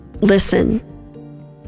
listen